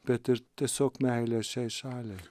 bet ir tiesiog meilę šiai šaliai